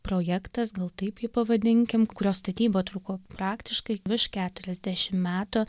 projektas gal taip ji pavadinkim kurio statyba truko praktiškai virš keturiasdešim metų